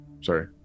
sorry